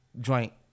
joint